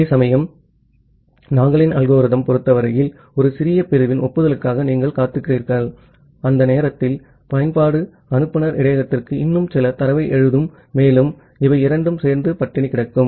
அதேசமயம் நாகிலின் அல்கோரிதம்Nagle's algorithm பொறுத்தவரையில் ஒரு சிறிய பிரிவின் ஒப்புதலுக்காக நீங்கள் காத்திருக்கிறீர்கள் அந்த நேரத்தில் பயன்பாடு அனுப்புநர் இடையகத்திற்கு இன்னும் சில தரவை எழுதும் மேலும் இவை இரண்டும் சேர்ந்து ஸ்டார்வேஷன கிடக்கும்